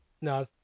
No